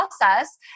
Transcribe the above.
process